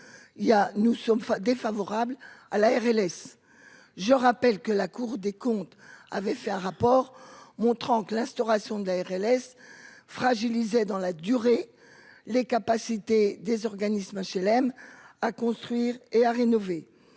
nous sommes défavorables à la RLS, je rappelle que la Cour des comptes avait fait un rapport montrant que l'instauration d'fragilisé dans la durée, les capacités des organismes HLM à construire et à rénover